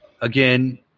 Again